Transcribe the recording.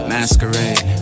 Masquerade